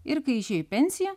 ir kai išėjo į pensiją